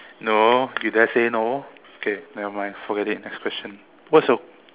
no you dare say no okay nevermind forget it next question what's your